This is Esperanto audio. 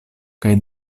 kaj